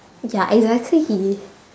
ya exactly